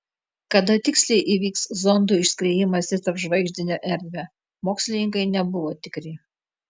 kada tiksliai įvyks zondų išskriejimas į tarpžvaigždinę erdvę mokslininkai nebuvo tikri